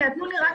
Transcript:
זאת קרקע